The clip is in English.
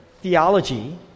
theology